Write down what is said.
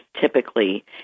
typically